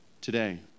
today